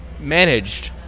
managed